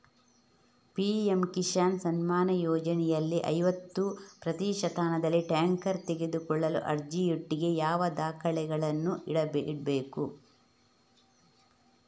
PM Kisan Samman ಯೋಜನೆಯಲ್ಲಿ ಐವತ್ತು ಪ್ರತಿಶತನಲ್ಲಿ ಟ್ರ್ಯಾಕ್ಟರ್ ತೆಕೊಳ್ಳಲು ಅರ್ಜಿಯೊಟ್ಟಿಗೆ ಯಾವ ದಾಖಲೆಗಳನ್ನು ಇಡ್ಬೇಕು?